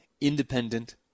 independent